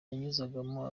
yanyuzagamo